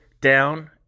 down